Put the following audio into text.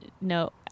no